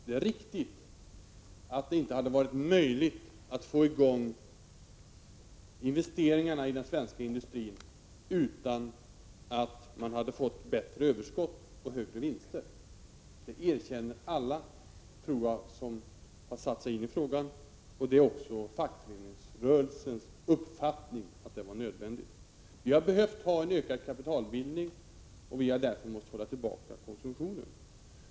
Herr talman! Det är riktigt att det inte hade varit möjligt att få i gång investeringarna i den svenska industrin om man inte fått bättre överskott och högre vinster. Det tror jag alla som har satt sig in i frågan erkänner. Det är också fackföreningsrörelsens uppfattning att det var nödvändigt. Vi har behövt en ökad kapitalbildning, och vi har därför måst hålla tillbaka konsumtionen.